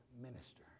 minister